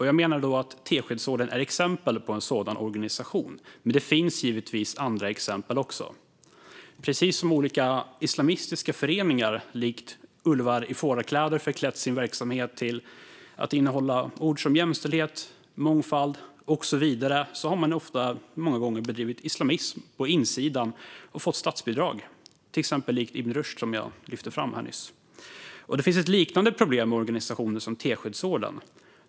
Jag menar att Teskedsorden är exempel på en sådan organisation, men det finns givetvis andra också. Olika islamistiska föreningar har likt ulvar i fårakläder förklätt sin verksamhet med ord som jämställdhet, mångfald och så vidare, men många gånger har de bedrivit islamism på insidan och fått statsbidrag, likt Ibn Rushd som jag lyfte fram nyss. Det finns ett liknande problem med organisationer som Teskedsorden.